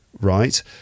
right